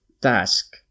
task